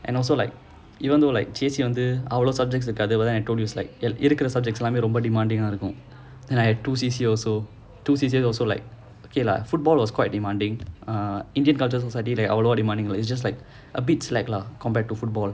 and also like even though like வந்து அவ்ளோ:vanthu avlo subjects இருக்காது:irukkaathu but then I told you இருக்குற:irukkura subjects ரொம்ப:romba demanding eh இருக்கும்:irukkum then I had two C_C_A also two C_C_A also like okay lah football was quite demanding uh indian cultural society they overall demanding it's just like a bit slack lah compared to football